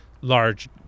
large